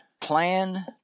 plan